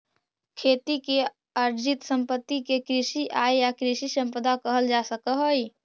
खेती से अर्जित सम्पत्ति के कृषि आय या कृषि सम्पदा कहल जा सकऽ हई